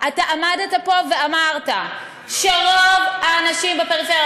אתה עמדת פה ואמרת שרוב האנשים בפריפריה,